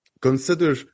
consider